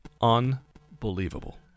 unbelievable